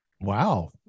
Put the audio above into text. Wow